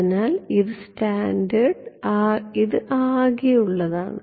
അതിനാൽ ഇത് സ്കാറ്റേർഡ് ഇത് ആകെയുള്ളതാണ്